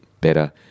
better